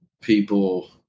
people